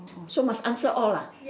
so must answer all ah